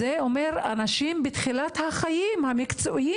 זה אומר אנשים שנמצאים בתחילת החיים המקצועיים